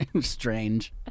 Strange